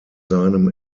seinem